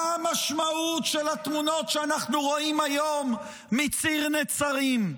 מה המשמעות של התמונות שאנחנו רואים היום מציר נצרים?